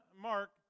Mark